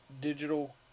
digital